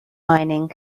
mining